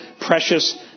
precious